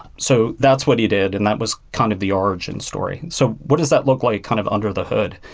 so that's what you did, and that was kind of the origin story. so what does that look like kind of under the hood?